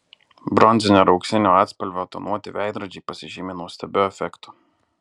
bronzinio ir auksinio atspalvio tonuoti veidrodžiai pasižymi nuostabiu efektu